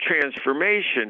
transformation